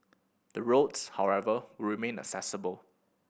the roads however will remain accessible